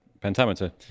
pentameter